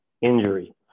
injury